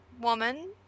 woman